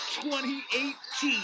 2018